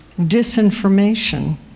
disinformation